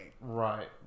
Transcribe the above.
Right